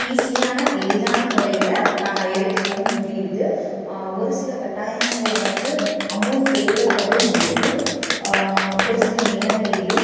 ஈஸியான எளிதான முறையில் எடுத்துக்கவும் முடியுது ஒரு சில கட்டாயங்களில் வந்து அமௌண்ட் தேவைப்படும்போது ஒரு சில நேரங்களிலும்